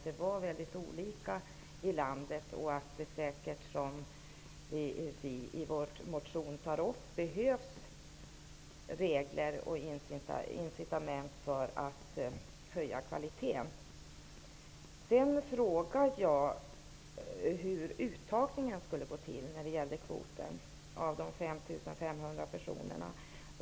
De är mycket olika i landet, och det behövs säkert, som vi tar upp i vår motion, regler och incitament för att höja kvaliteten. Sedan frågade jag hur uttagningen skulle gå till när det gällde kvoten på 5 500 personer.